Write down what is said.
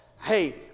Hey